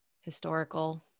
Historical